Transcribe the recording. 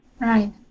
Right